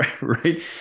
right